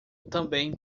também